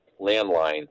landline